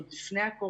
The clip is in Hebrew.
עוד לפני הקורונה,